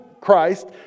Christ